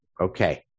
Okay